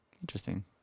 Interesting